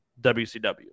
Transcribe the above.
WCW